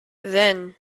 then